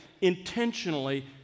intentionally